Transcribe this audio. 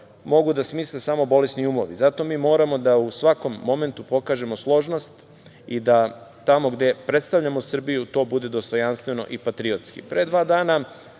mogu da smisle samo bolesni umovi. Zato mi moramo da u svakom momentu pokažemo složnost i da tamo gde predstavljamo Srbiju to bude dostojanstveno i patriotski. Pre